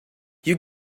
you